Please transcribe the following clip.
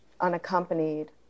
unaccompanied